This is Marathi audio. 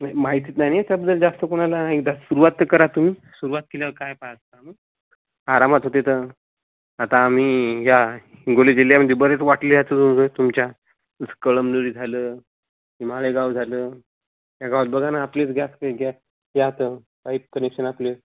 नाही माहितीच नाही त्यातलं जास्त कोणाला एकदा सुरुवात तर करा तुम्ही सुरुवात केल्यावर काय पाहा ता मग आरामात होते तर आता आम्ही या हिंगोली जिल्ह्यामध्ये बरेच वाटलीयात जवळजवळ तुमच्या जसं कळमनुरी झालं हि मालेगाव झालं या गावात बघा ना आपलेच गॅस काय गॅस या तर पाईप कनेक्शन आपले